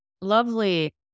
Lovely